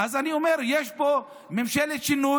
אז אני אומר: יש פה ממשלת שינוי,